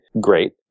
Great